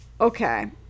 Okay